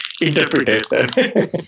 interpretation